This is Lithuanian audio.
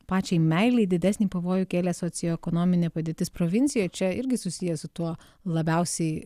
pačiai meilei didesnį pavojų kėlė socioekonominė padėtis provincijoj čia irgi susiję su tuo labiausiai